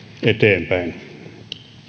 eteenpäin